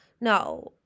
No